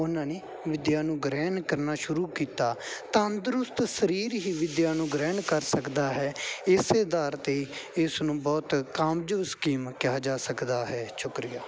ਉਹਨਾਂ ਨੇ ਵਿੱਦਿਆ ਨੂੰ ਗ੍ਰਹਿਣ ਕਰਨਾ ਸ਼ੁਰੂ ਕੀਤਾ ਤੰਦਰੁਸਤ ਸਰੀਰ ਹੀ ਵਿੱਦਿਆ ਨੂੰ ਗ੍ਰਹਿਣ ਕਰ ਸਕਦਾ ਹੈ ਇਸੇ ਆਧਾਰ 'ਤੇ ਇਸ ਨੂੰ ਬਹੁਤ ਕਾਮਯਾਬ ਸਕੀਮ ਕਿਹਾ ਜਾ ਸਕਦਾ ਹੈ ਸ਼ੁਕਰੀਆ